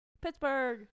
Pittsburgh